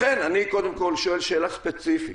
לכן, אני קודם כול שואל שאלה ספציפית: